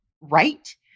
right